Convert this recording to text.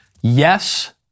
Yes